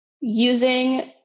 using